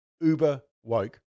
uber-woke